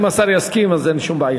אם השר יסכים אז אין שום בעיה.